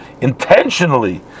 intentionally